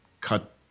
cut